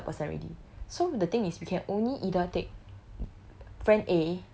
if nicole come it's third person already so the thing is we can only either take